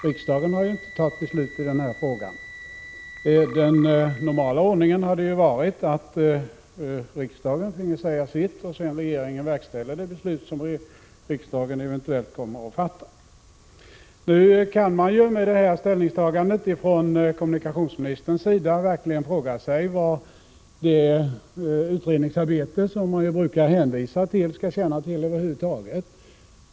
Riksdagen har ju inte fattat beslut i denna fråga. Den normala ordningen hade varit att riksdagen finge säga sitt, och sedan regeringen verkställt beslut riksdagen fattat. Efter detta ställningstagande från kommunikationsministerns sida kan man fråga sig vad det utredningsarbete som man brukar hänvisa till skall tjäna till.